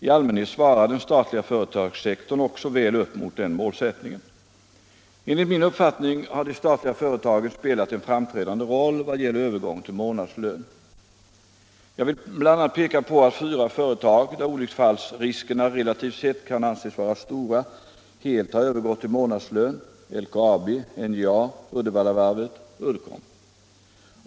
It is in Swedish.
I allmänhet svarar den statliga företagssektorn också väl upp mot den målsättningen. Enligt min uppfattning har de statliga företagen spelat en framträdande roll vad gäller övergång till månadslön. Jag vill bl.a. peka på att fyra företag, där olycksfallsriskerna relativt sett kan anses vara stora, helt har övergått till månadslön .